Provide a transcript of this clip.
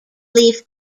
leaf